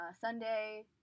Sunday